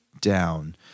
down